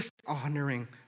dishonoring